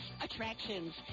Attractions